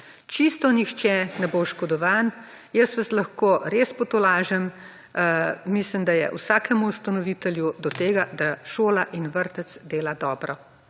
Čisto nihče ne bo oškodovan. Jaz vas lahko res potolažim, mislim, da je vsakemu ustanovitelju do tega, da šola in vrtec delata dobro.